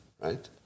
Right